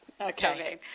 Okay